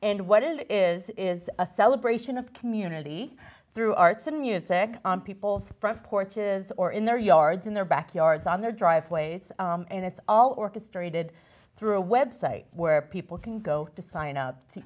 and what it is is a celebration of community through arts and music on people's front porches or in their yards in their backyards on their driveways and it's all orchestrated through a website where people can go to sign up to